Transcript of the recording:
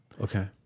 okay